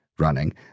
running